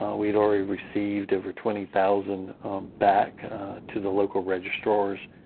ah we'd already received over twenty thousand back to the local registrar's.